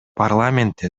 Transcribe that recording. парламентте